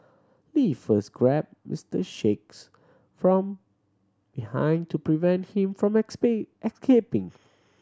Lee first grabbed Mister Sheikh's from behind to prevent him from escaping